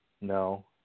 No